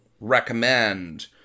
recommend